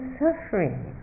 suffering